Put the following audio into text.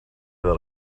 that